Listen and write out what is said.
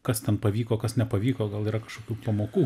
kas ten pavyko kas nepavyko gal yra kažkokių pamokų